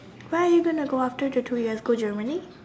where you going to go after the two years go Germany